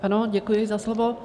Ano, děkuji za slovo.